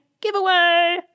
giveaway